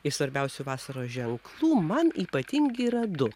iš svarbiausių vasaros ženklų man ypatingi yra du